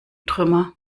trümmer